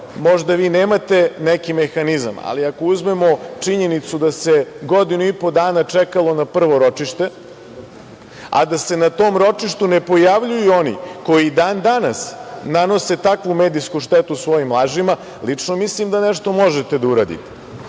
možda nemate neki mehanizam, ali ako uzmemo činjenicu da se godinu i po dana čekalo na prvo ročište, a da se na tom ročištu ne pojavljuju oni koji i dan danas nanose takvu medijsku štetu svojim lažima, lično mislim da nešto možete da uradite. Ako